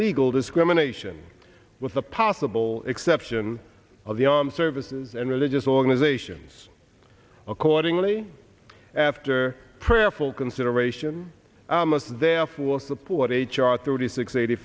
legal discrimination with the possible exception of the armed services and religious organizations accordingly after prayerful consideration imus there will support h r thirty six eighty